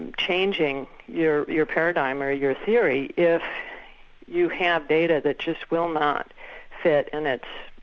and changing your your paradigm or your theory if you have data that just will not fit in it.